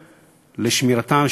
לשמירתם,